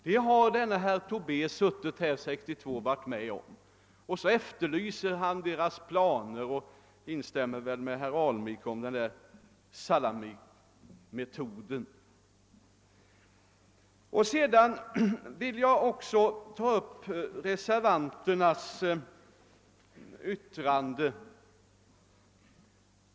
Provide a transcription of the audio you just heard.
Herr Tobé tog del av dessa uppgifter 1962 men efterlyser nu planer på allt detta och instämmer väl också i herr Ahlmarks tal om den s.k. salamimetoden. Jag vill också ta upp reservanternas uttalanden.